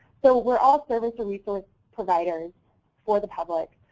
so we're all servers and resource providers for the public.